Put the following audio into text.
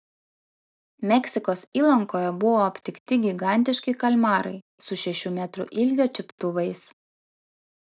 meksikos įlankoje buvo aptikti gigantiški kalmarai su šešių metrų ilgio čiuptuvais